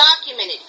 documented